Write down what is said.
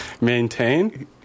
Maintain